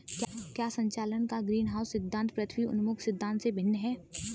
क्या संचालन का ग्रीनहाउस सिद्धांत पृथ्वी उन्मुख सिद्धांत से भिन्न है?